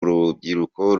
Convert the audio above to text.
urubyiruko